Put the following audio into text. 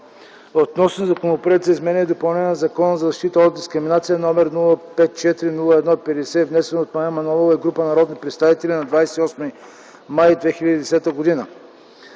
и обсъди Законопроект за изменение и допълнение на Закона за защита от дискриминация, № 054-01-50, внесен от Мая Манолова и група народни представители на 28 май 2010 г.